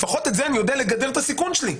לפחות אני יודע לגדר את הסיכון שלי.